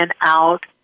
out